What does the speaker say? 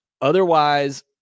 Otherwise